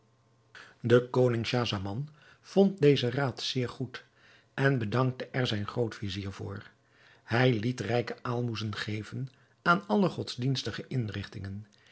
de koning schahzaman vond dezen raad zeer goed en bedankte er zijn groot-vizier voor hij liet rijke aalmoezen geven aan alle godsdienstige inrigtingen